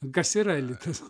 kas yra elitas